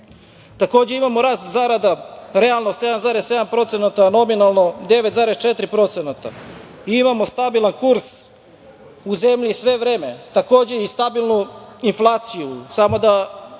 imamo rast zarada realno 7,7%, nominalno 9,4% i imamo stabilan kurs u zemlji sve vreme, takođe i stabilnu inflaciju. Samo da